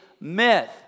myth